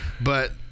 But-